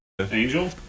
Angel